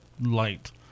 light